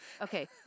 Okay